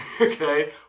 Okay